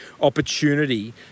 opportunity